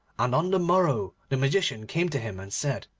and on the morrow the magician came to him, and said,